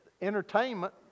Entertainment